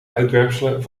uitwerpselen